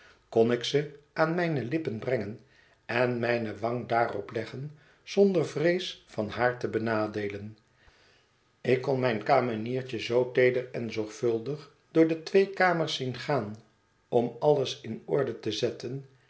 ik ze aan mijne lippen brengen en mijne wang daarop leggen zonder vrees van haar te benadeelen ik kon mijn kameniertje zoo teeder en zorgvuldig door de twee kamers zien gaan om alles in orde te zetten